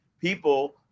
people